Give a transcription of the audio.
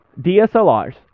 DSLRs